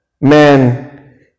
man